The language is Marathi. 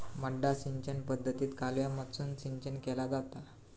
मड्डा सिंचन पद्धतीत कालव्यामधसून सिंचन केला जाता